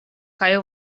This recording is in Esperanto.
kaj